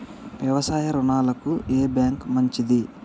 వ్యవసాయ రుణాలకు ఏ బ్యాంక్ మంచిది?